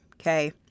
Okay